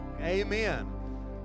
amen